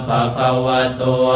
Pakawato